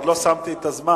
עוד לא שמתי את הזמן.